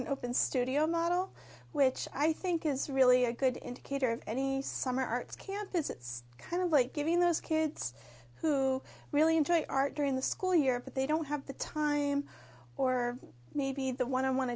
an open studio model which i think is really a good indicator of any summer arts campus it's kind of like giving those kids who really enjoy art during the school year but they don't have the time or maybe the one